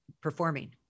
performing